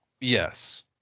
Yes